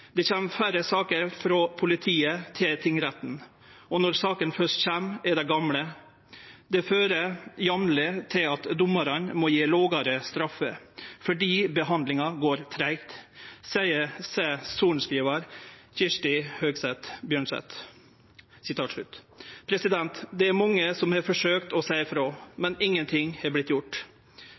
«Det kjem færre saker frå politiet til tingretten. Og når sakene først kjem, er dei gamle. Det fører jamnleg til at dommarane må gje lågare straffer, fordi behandlinga går treigt, seier sorenskrivar Kirsti Høegh Bjørneset.» Det er mange som har forsøkt å seie frå, men ingenting har vorte gjort.